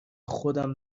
خودم